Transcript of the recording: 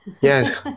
yes